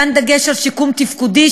ניתן דגש על שיקום תפקודי,